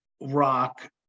rock